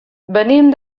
venim